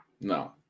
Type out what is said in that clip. No